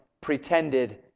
pretended